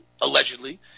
allegedly